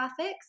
graphics